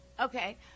Okay